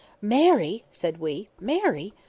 marry! said we. marry!